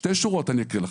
שתי שורות אני אקריא לכם: